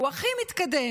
הוא הכי מתקדם,